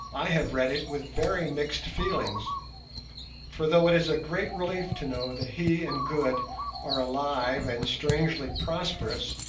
i have read it with very mixed feelings for though it is a great relief to know that he and good are alive and strangely prosperous,